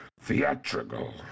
theatrical